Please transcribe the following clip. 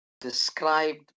described